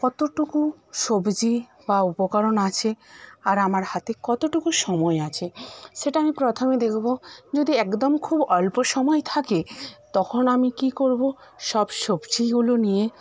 কতটুকু সবজি বা উপকরণ আছে আর আমার হাতে কতটুকু সময় আছে সেটা আমি প্রথমে দেখবো যদি একদম খুব অল্প সময় থাকে তখন আমি কি করবো সব সবজিগুলো নিয়ে